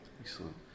Excellent